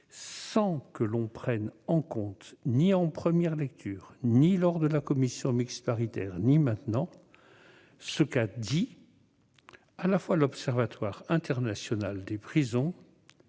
sans prendre en compte, ni en première lecture ni lors de la commission mixte paritaire, ce qu'ont dit et écrit à la fois l'Observatoire international des prisons